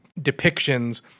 depictions